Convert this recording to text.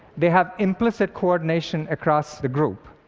they have implicit coordination across the group.